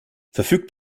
verfügt